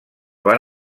van